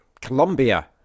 Colombia